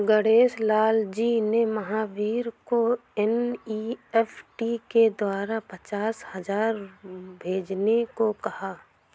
गणेश लाल जी ने महावीर को एन.ई.एफ़.टी के द्वारा पचास हजार भेजने को कहा